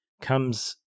comes